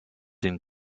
den